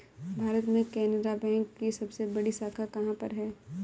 भारत में केनरा बैंक की सबसे बड़ी शाखा कहाँ पर है?